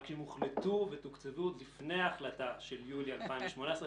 רק שהם הוחלטו ותוקצבו עוד לפני ההחלטה של יולי 2018,